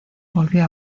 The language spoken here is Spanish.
volvió